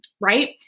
right